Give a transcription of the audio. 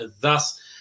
thus